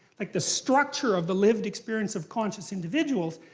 like the structure of the lived experience of conscious individuals,